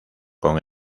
con